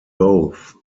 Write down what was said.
both